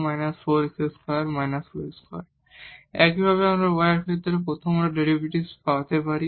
fx x y2 x e−x2−4 y2 4−4 x2−y2 একইভাবে আমরা y এর ক্ষেত্রে প্রথম অর্ডার ডেরিভেটিভ পেতে পারি